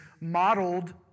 modeled